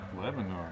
Lebanon